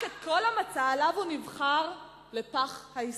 את כל המצע שעליו הוא נבחר לפח ההיסטוריה.